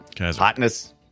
hotness